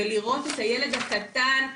ולראות את הילד הקטן,